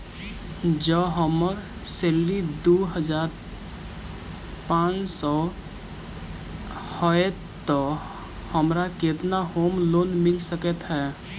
जँ हम्मर सैलरी दु हजार पांच सै हएत तऽ हमरा केतना होम लोन मिल सकै है?